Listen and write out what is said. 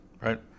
right